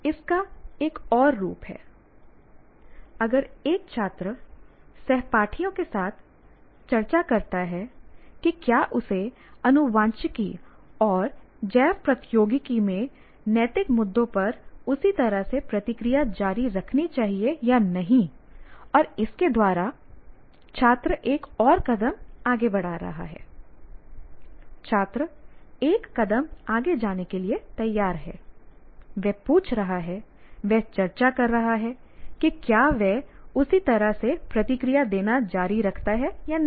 इसका एक और रूप है अगर एक छात्र सहपाठियों के साथ चर्चा करता है कि क्या उसे आनुवांशिकी और जैव प्रौद्योगिकी में नैतिक मुद्दों पर उसी तरह से प्रतिक्रिया जारी रखनी चाहिए या नहीं और इसके द्वारा छात्र एक और कदम आगे बढ़ रहा है छात्र एक कदम आगे जाने के लिए तैयार है वह पूछ रहा है वह चर्चा कर रहा है कि क्या वह उसी तरह से प्रतिक्रिया देना जारी रखता है या नहीं